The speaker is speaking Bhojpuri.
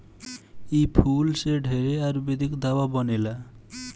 इ फूल से ढेरे आयुर्वेदिक दावा बनेला